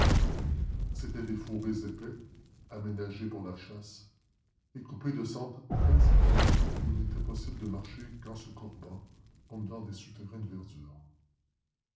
c'étaient des fourrés épais aménagés pour la chasse et coupés de sentes très étroites où il n'était possible de marcher qu'en se courbant comme dans des souterrains de verdure